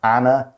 Anna